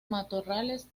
matorrales